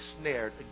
snared